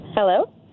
Hello